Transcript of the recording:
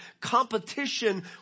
competition